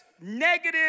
negative